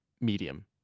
medium